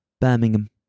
Birmingham